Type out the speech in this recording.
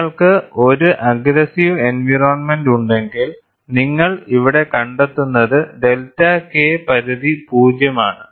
നിങ്ങൾക്ക് ഒരു aggressive environment ഉണ്ടെങ്കിൽ നിങ്ങൾ ഇവിടെ കണ്ടെത്തുന്നത് ഡെൽറ്റ K പരിധി 0 ആണ്